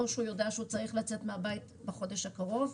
או שהוא יודע שהוא צריך לצאת מהבית בחודש הקרוב,